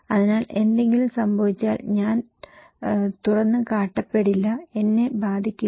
അതിനാൽ എന്തെങ്കിലും സംഭവിച്ചാൽ ഞാൻ തുറന്നുകാട്ടപ്പെടില്ല എന്നെ ബാധിക്കില്ല